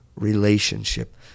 relationship